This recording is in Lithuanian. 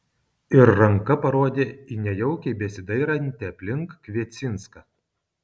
ir ranka parodė į nejaukiai besidairantį aplink kviecinską